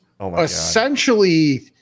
essentially